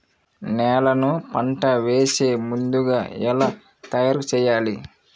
నేలను పంట వేసే ముందుగా ఎలా తయారుచేయాలి?